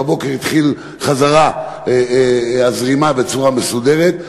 כשהתחילה שוב הזרימה בצורה מסודרת.